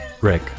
Rick